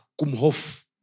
Kumhof